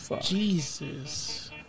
Jesus